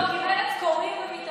לא, כי מרצ קוראים ומתעמקים.